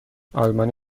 آلمانی